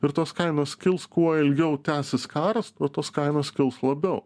ir tos kainos kils kuo ilgiau tęsis karas o tos kainos kils labiau